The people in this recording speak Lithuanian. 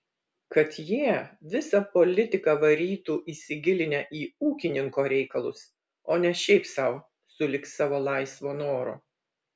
kad jie visą politiką varytų įsigilinę į ūkininko reikalus o ne šiaip sau sulig savo laisvo noro